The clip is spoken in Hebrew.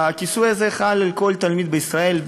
והכיסוי הזה חל על כל תלמיד בישראל,